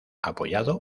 apoyado